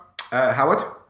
Howard